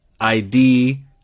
ID